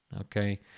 Okay